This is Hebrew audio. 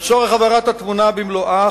לצורך הבהרת התמונה במלואה,